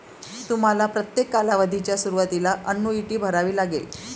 तुम्हाला प्रत्येक कालावधीच्या सुरुवातीला अन्नुईटी भरावी लागेल